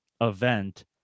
event